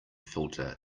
filter